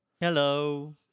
Hello